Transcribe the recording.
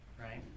right